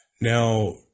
Now